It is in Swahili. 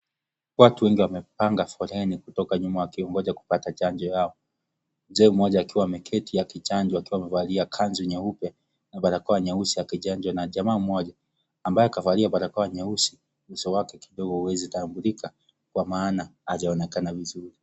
Watu wengi wamepanga foleni kutoka nyuma wakiongoja kupata chanjo yao. Mzee mmoja akiwa ameketi akichanjwa akiwa amevalia kanzu nyeupe, na barakoa nyeusi akichanjwa na jamaa mmoja ambaye kavalia barakoa nyeusi. uso wake kidigo huwezi tambulika kwa maana hajaonekana vizuri.